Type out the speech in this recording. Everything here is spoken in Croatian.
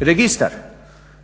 Registar,